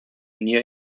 near